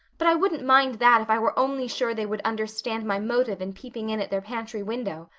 but i wouldn't mind that if i were only sure they would understand my motive in peeping in at their pantry window.